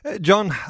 John